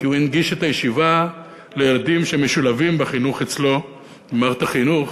כי הוא הנגיש את הישיבה לילדים שמשולבים בחינוך אצלו במערכת החינוך,